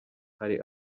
hari